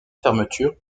fermeture